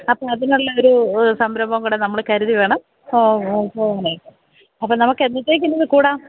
അപ്പോള് അതിനുള്ള ഒരു സംരംഭം കൂടെ നമ്മള് കരുതി വേണം അപ്പോള് നമുക്ക് എന്നത്തേക്കിനു കൂടാം